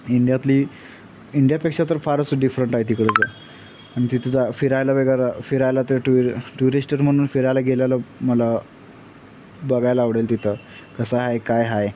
इंडियातली इंडियापेक्षा तर फारच डिफरंट आहे तिकडचं आणि तिथं जा फिरायला वगैरे फिरायला ते टुरि टुरिस्टर म्हणून फिरायला गेलेलं मला बघायला आवडेल तिथं कसं आहे काय आहे